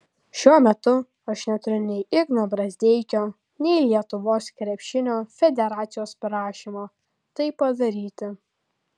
šiuo metu aš neturiu nei igno brazdeikio nei lietuvos krepšinio federacijos prašymo tai padaryti